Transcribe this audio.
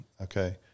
Okay